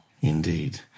indeed